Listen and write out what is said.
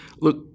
look